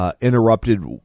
interrupted